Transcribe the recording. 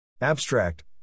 Abstract